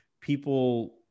people